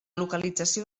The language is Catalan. localització